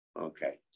Okay